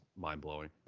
mind-blowing